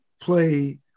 play